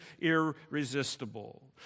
irresistible